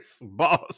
boss